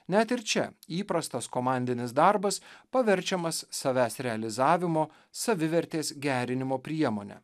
net ir čia įprastas komandinis darbas paverčiamas savęs realizavimo savivertės gerinimo priemone